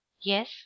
Yes